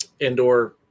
Andor